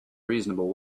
reasonable